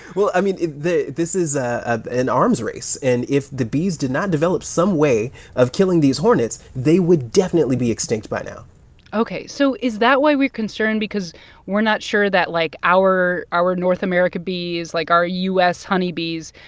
well, i mean, this is ah an arms race. and if the bees did not develop some way of killing these hornets, they would definitely be extinct by now ok. so is that why we're concerned because we're not sure that, like, our our north america bees, like our u s. honeybees,